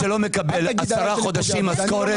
ספק שלא מקבל 10 חודשים משכורת,